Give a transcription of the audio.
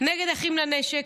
נגד אחים לנשק,